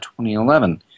2011